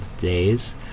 days